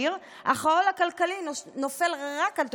אך העול הכלכלי נופל רק על תושבי העיר?